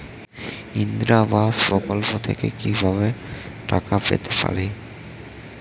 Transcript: ইন্দিরা আবাস প্রকল্প থেকে কি ভাবে টাকা পেতে পারি?